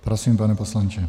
Prosím, pane poslanče.